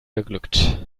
geglückt